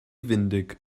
windig